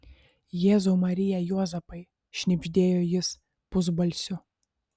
jėzau marija juozapai šnibždėjo jis pusbalsiu